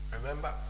Remember